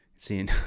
Seeing